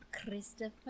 Christopher